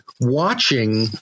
watching